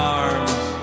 arms